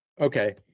Okay